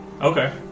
Okay